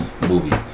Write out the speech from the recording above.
movie